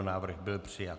Návrh byl přijat.